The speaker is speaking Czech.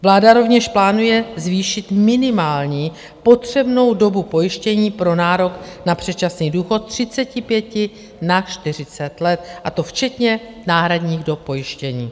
Vláda rovněž plánuje zvýšit minimální potřebnou dobu pojištění pro nárok na předčasný důchod z 35 na 40 let, a to včetně náhradních dob pojištění.